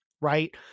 right